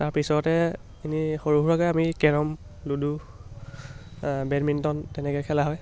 তাৰপিছতে এনেই সৰু সুৰাকৈ আমি কেৰম লুডু বেডমিণ্টন তেনেকৈ খেলা হয়